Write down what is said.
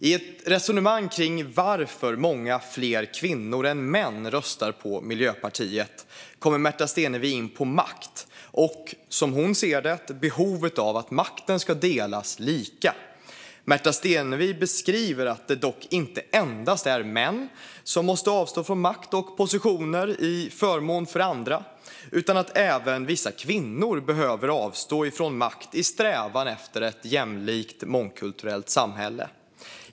I ett resonemang om varför många fler kvinnor än män röstar på Miljöpartiet kommer Märta Stenevi in på makt och, som hon ser det, behovet av att makten ska delas lika. Märta Stenevi beskriver att det dock inte endast är män som måste avstå från makt och positioner till förmån för andra, utan även vissa kvinnor behöver avstå från makt i strävan efter ett jämlikt, mångkulturellt samhälle.